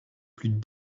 plus